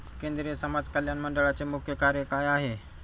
केंद्रिय समाज कल्याण मंडळाचे मुख्य कार्य काय आहे?